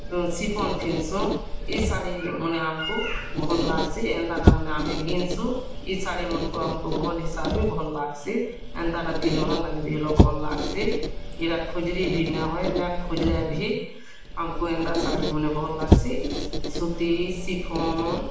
chiffon ପିନ୍ଧ୍ସୁଁ ଏ ଶାଢ଼ି ଆମ୍କୁ ଭଲ୍ ଲାଗ୍ସି ଏନ୍ତା ଆମେ ଘିନ୍ସୁଁ ଏ ଶାଢ଼ିମାନଙ୍କୁ ଆମ୍କୁ ଭଲ୍ହି ଆମ୍କୁ ଭଲ୍ ଲାଗ୍ସି ଏନ୍ତା ବି ପିନ୍ଧ୍ବାର୍ ଲାଗି ଭଲ୍ ଲାଗ୍ସି ଏଟା ଖୁଜିଲ୍ ବି ନାଇ ହଏ ଖୁଜଲେଭି ଆମ୍କୁ ଏନ୍ତା ଶାଢ଼ି ଭଲ୍ ଲାଗ୍ସି ସୂତି ସିଫନ୍